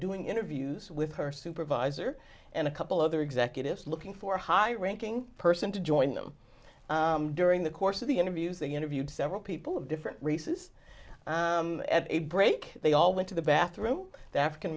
doing interviews with her supervisor and a couple other executives looking for a high ranking person to join them during the course of the interviews they interviewed several people of different races at a break they all went to the bathroom the african